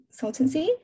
consultancy